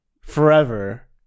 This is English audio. forever